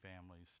families